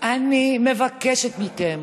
אני מבקשת מכם,